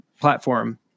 platform